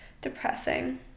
Depressing